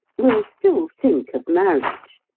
will still think of marriage.